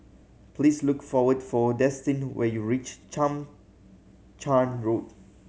please look for wait for Destin when you reach Chang Charn Road